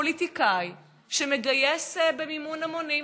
פוליטיקאי שמגייס במימון המונים,